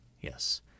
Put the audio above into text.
Yes